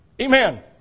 Amen